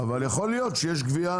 יכול להיות שיש גבייה